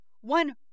One